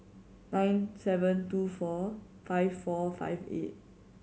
nine seven two four five four five eight